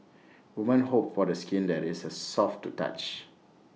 woman hope for the skin that is A soft to touch